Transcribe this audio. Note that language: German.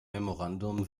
memorandum